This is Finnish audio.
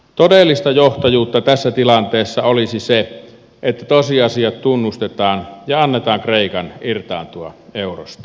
todellista johtajuutta tässä tilanteessa olisi se että tosiasiat tunnustetaan ja annetaan kreikan irtaantua eurosta